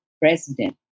president